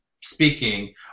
speaking